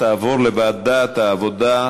תועבר לוועדת העבודה,